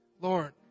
Lord